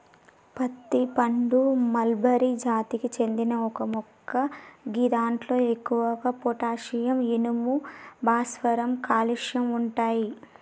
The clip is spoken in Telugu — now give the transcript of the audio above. అత్తి పండు మల్బరి జాతికి చెందిన ఒక మొక్క గిదాంట్లో ఎక్కువగా పొటాషియం, ఇనుము, భాస్వరం, కాల్షియం ఉంటయి